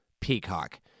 Peacock